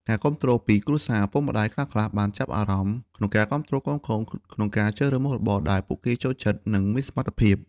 ការគាំទ្រពីគ្រួសារឪពុកម្ដាយខ្លះៗបានចាប់អារម្មណ៍ក្នុងការគាំទ្រកូនៗក្នុងការជ្រើសរើសមុខរបរដែលពួកគេចូលចិត្ត និងមានសមត្ថភាព។